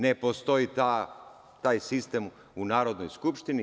Ne postoji taj sistem u Narodnoj skupštini.